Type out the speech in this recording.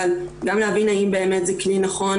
אבל גם להבין האם זה באמת כלי נכון